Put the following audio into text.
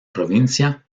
provincia